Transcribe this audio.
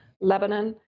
Lebanon